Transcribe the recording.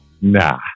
nah